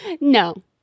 No